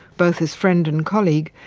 both as friend and colleague,